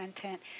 content